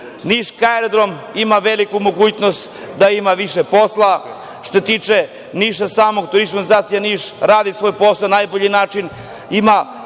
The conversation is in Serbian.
aerodrom ima veliku mogućnost da ima više posla. Što se tiče Niša samog, Turistička organizacija Niš radi svoj posao na najbolji način, ima